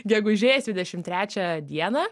gegužės dvidešim trečią dieną